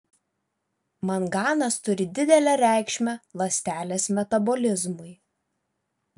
manganas turi didelę reikšmę ląstelės metabolizmui